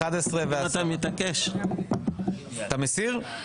אתה מסיר?